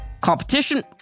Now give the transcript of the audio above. competition